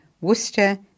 Worcester